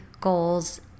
goals